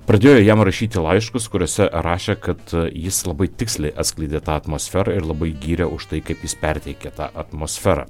pradėjo jam rašyti laiškus kuriuose rašė kad jis labai tiksliai atskleidė tą atmosferą ir labai gyrė už tai kaip jis perteikė tą atmosferą